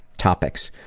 topics.